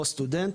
או סטודנט,